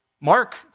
Mark